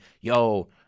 yo